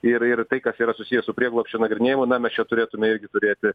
ir ir tai kas yra susiję su prieglobsčio nagrinėjimu na mes čia turėtume irgi turėti